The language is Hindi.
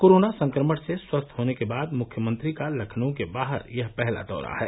कोरोना संक्रमण से स्वस्थ होने के बाद मुख्यमंत्री का लखनऊ के बाहर यह पहला दौरा है